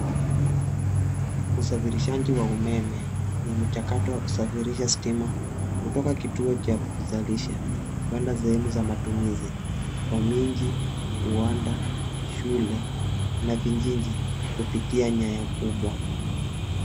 Usafirishaji wa umeme. Ni mchakato wa kusafirisha stima kutoka kituo cha kuzalisha kuenda sehemu za matumizi, kwa miji, viwanda, shule na vijiji kupitia nyaya kubwa.